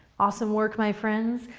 awesome work, my friends.